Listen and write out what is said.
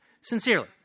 sincerely